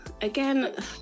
again